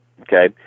okay